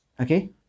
okay